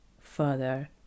further